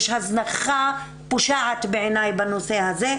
יש הזנחה פושעת בעיני בנושא הזה,